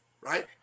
right